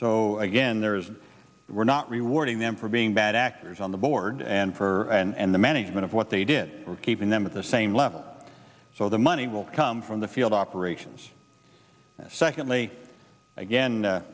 so again there's we're not rewarding them for being bad actors on the board and for and the management of what they did we're keeping them at the same level so the money will come from the field operations and secondly again